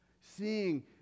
seeing